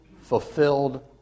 fulfilled